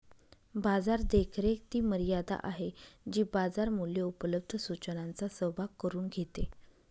बाजार देखरेख ती मर्यादा आहे जी बाजार मूल्ये उपलब्ध सूचनांचा सहभाग करून घेते